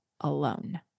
alone